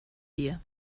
dir